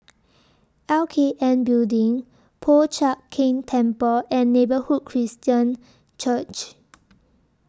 L K N Building Po Chiak Keng Temple and Neighbourhood Christian Church